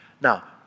Now